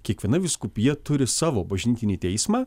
kiekviena vyskupija turi savo bažnytinį teismą